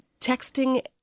texting